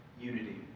unity